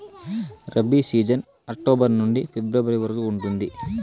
rabi season October నుండి ఫిబ్రవరి వరకు ఉంటుంది